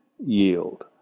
yield